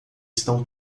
estão